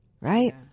right